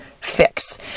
fix